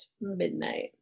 midnight